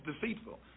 deceitful